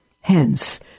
Hence